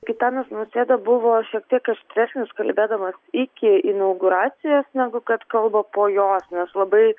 gitanas nausėda buvo šiek tiek aštresnis kalbėdamas iki inauguracijos negu kad kalba po jos nes labai